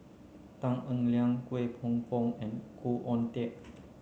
Tan Eng Liang Kwek Hong Png and Khoo Oon Teik